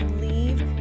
leave